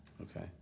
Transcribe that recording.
Okay